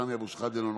סמי אבו שחאדה,